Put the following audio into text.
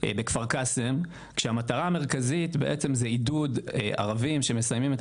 בכפר קאסם כשהמטרה המרכזית זה בעצם עידוד ערבים שמסיימים את